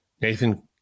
Nathan